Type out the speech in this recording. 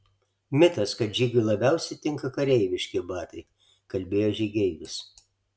mitas kad žygiui labiausiai tinka kareiviški batai kalbėjo žygeivis